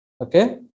Okay